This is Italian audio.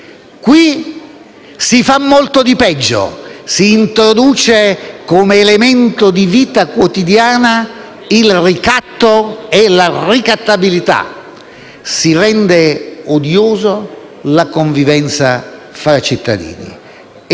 si fa molto di peggio: si introducono come elementi di vita quotidiana il ricatto e la ricattabilità e si rende odiosa la convivenza fra cittadini;